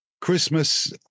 Christmas